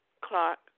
Clark